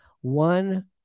one